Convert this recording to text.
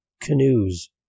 canoes